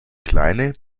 kleine